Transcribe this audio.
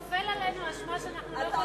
אתה טופל עלינו אשמה שאנחנו לא יכולים,